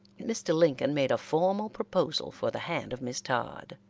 mr. lincoln made a formal proposal for the hand of miss todd,